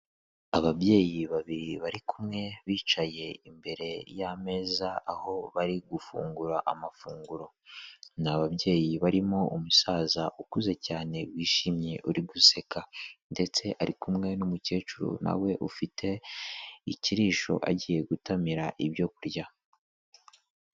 Ababyeyi babiri bari kumwe bicaye imbere y'ameza aho bari gufungura amafunguro, ni ababyeyi barimo umusaza ukuze cyane wishimye uri guseka ndetse ari kumwe n'umukecuru nawe ufite ikirisho agiye gutamira ibyo kurya.